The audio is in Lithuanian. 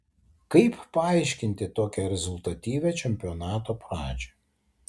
kaip paaiškinti tokią rezultatyvią čempionato pradžią